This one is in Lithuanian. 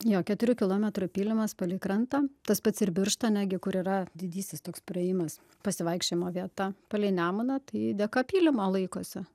jo keturių kilometrų pylimas palei krantą tas pats ir birštone gi kur yra didysis toks praėjimas pasivaikščiojimo vieta palei nemuną tai dėka pylimo laikosi